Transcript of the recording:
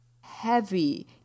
heavy